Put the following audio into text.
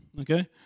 Okay